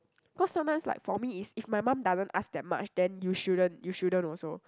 cause sometimes like for me is if my mum doesn't ask that much then you shouldn't you shouldn't also